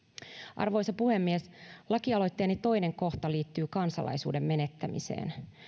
arvoisa puhemies lakialoitteeni toinen kohta liittyy kansalaisuuden menettämiseen